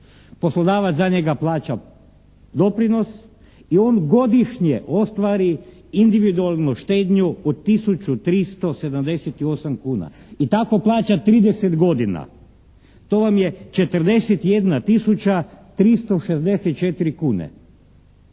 poslodavac za njega plaća doprinos i on godišnje ostvari individualnu štednju od tisuću 378 kuna i tako plaća 30 godina. To vam je 41 tisuća 364 kune.